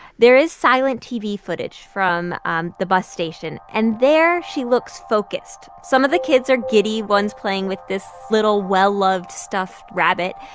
there is silent tv footage from um the bus station, and there she looks focused. some of the kids are giddy. one's playing with this little well-loved stuffed rabbit.